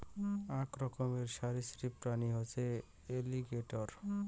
আক রকমের সরীসৃপ প্রাণী হসে এলিগেটের